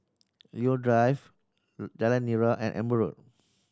Leo Drive Jalan Nira and Amber Road